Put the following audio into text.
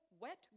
wet